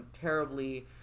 terribly